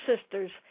sisters